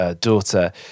daughter